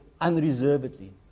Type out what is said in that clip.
unreservedly